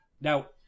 Now